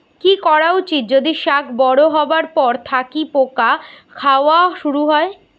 কি করা উচিৎ যদি শাক বড়ো হবার পর থাকি পোকা খাওয়া শুরু হয়?